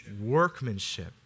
workmanship